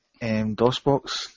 DOSBox